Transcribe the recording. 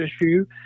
issue